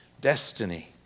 destiny